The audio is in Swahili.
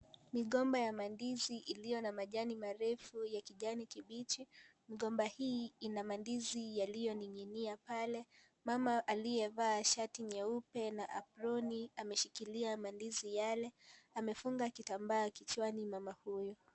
Migomba ya mandizi iliyo na majani marefu ya kijani kibichi . Migomba hiii ina mandizi yaliyo ning'inia pale ,mama mmoja aliyevaa shati nyeupe na aproni ameshikilia mandizi Yale .mama huyu amefunga kitambaa kichwani.